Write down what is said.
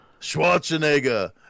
Schwarzenegger